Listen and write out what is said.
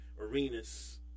arenas